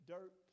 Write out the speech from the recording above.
Dirt